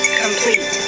complete